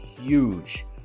huge